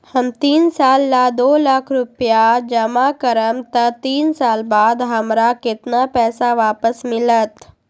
हम तीन साल ला दो लाख रूपैया जमा करम त तीन साल बाद हमरा केतना पैसा वापस मिलत?